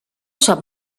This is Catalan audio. sap